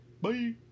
Bye